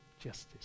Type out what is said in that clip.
justice